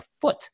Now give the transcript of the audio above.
foot